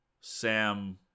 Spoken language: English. Sam